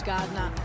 Gardner